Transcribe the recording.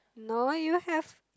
no you have